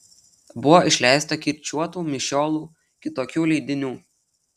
buvo išleista kirčiuotų mišiolų kitokių leidinių